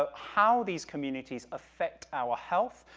ah how these communities affect our health,